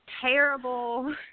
terrible